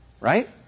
right